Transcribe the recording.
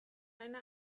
eine